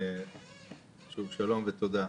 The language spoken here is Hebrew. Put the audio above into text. שוב שלום ותודה.